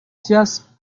just